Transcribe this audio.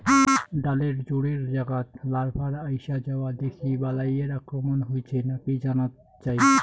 ডালের জোড়ের জাগাত লার্ভার আইসা যাওয়া দেখি বালাইয়ের আক্রমণ হইছে নাকি জানাত যাই